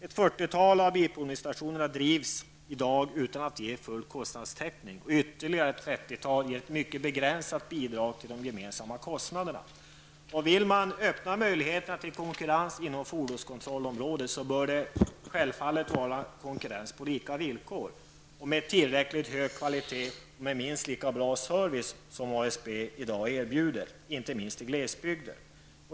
Ett fyrtiotal av bilprovningsstationerna drivs i dag utan att ge full kostnadstäckning, och ytterligare ett trettiotal ger ett mycket begränsat bidrag till de gemensamma kostnaderna. Vill man öppna möjlighet till konkurrens inom fordonskontrollområdet bör det självfallet vara en konkurrens på lika villkor och med tillräckligt hög kvalitet och minst lika bra service som ASB i dag erbjuder, inte minst i glesbygder.